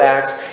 Acts